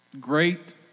great